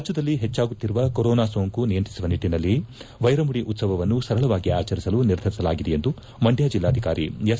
ರಾಜ್ಞದಲ್ಲಿ ಹೆಚ್ಚಾಗುತ್ತಿರುವ ಕೊರೋನಾ ಸೋಂಕು ನಿಯಂತ್ರಿಸುವ ನಿಟ್ಟನಲ್ಲಿ ವೈರಮುಡಿ ಉತ್ತವವನ್ನು ಸರಳವಾಗಿ ಆಚರಿಸಲು ನಿರ್ಧರಿಸಲಾಗಿದೆ ಎಂದು ಮಂಡ್ಯ ಜಿಲ್ಲಾಧಿಕಾರಿ ಎಸ್